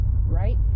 right